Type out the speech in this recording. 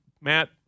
Matt